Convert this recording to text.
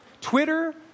Twitter